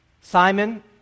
Simon